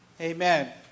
Amen